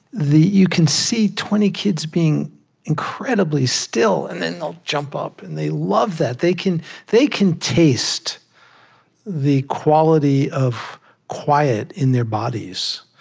you can see twenty kids being incredibly still, and then they'll jump up. and they love that. they can they can taste the quality of quiet in their bodies.